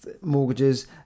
mortgages